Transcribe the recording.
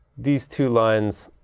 these two lines